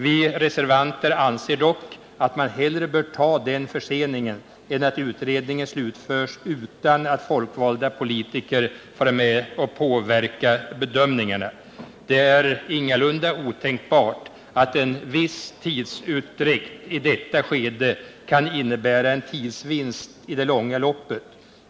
Vi reservanter anser dock att man hellre bör ta den förseningen än att utredningen slutförs utan att folkvalda politiker får vara med och påverka bedömningarna. Det är ingalunda otänkbart att en viss tidspress i detta skede kan innebära en tidsvinst i det långa loppet.